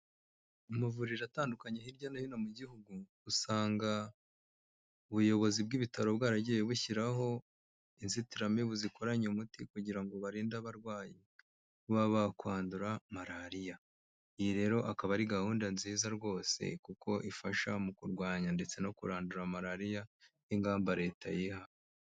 Amavuriro atandukanye hirya no hino mu gihugu, usanga ubuyobozi bw'ibitaro bwaragiye bushyiraho inzitiramibu zikoranye umuti kugira ngo baririnde abarwayi, kuba bakwandura malariya. Iyi rero akaba ari gahunda nziza rwose kuko ifasha mu kurwanya ndetse no kurandura malariya, nk'ingamba leta yihaye.